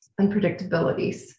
unpredictabilities